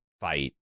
fight